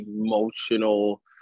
emotional